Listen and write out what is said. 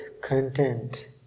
content